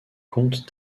comte